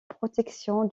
protection